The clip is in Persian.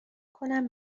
کنم